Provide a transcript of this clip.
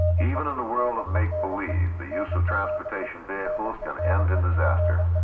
even in the world of make-believe, the use of transportation vehicles can end in disaster.